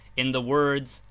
in the words,